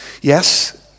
Yes